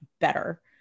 better